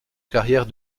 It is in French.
carrière